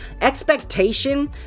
expectation